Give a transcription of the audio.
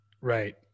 Right